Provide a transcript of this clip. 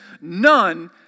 none